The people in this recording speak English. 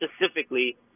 specifically